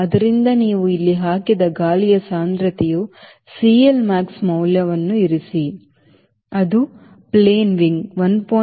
ಆದ್ದರಿಂದ ನೀವು ಇಲ್ಲಿ ಹಾಕಿದ ಗಾಳಿಯ ಸಾಂದ್ರತೆಯು CLmax ಮೌಲ್ಯವನ್ನು ಇರಿಸಿ ಅದು ಪ್ಲೇನ್ ವಿಂಗ್ 1